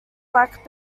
black